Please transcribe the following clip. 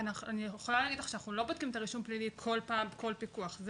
אנחנו לא בודקים כל פעם כל פיקוח את הרישום הפלילי,